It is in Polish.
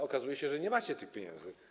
Okazuje się, że nie macie tych pieniędzy.